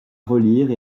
relire